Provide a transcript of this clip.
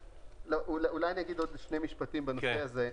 אולי אני אגיד עוד שני משפטים בנושא הזה.